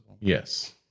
Yes